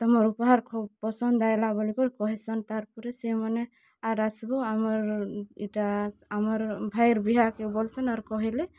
ତମର୍ ଉପହାର୍ ଖୋବ୍ ପସନ୍ଦ୍ ଆଏଲା ବୋଲି କହେସନ୍ ତାର୍ ପରେ ସେମାନେ ଆର୍ ଆସ୍ବ ଆମର୍ ଇଟା ଆମର୍ ଭାଇର୍ ବିହାକେ ବୋଲ୍ସନ୍ ଆର୍ କହେଲେ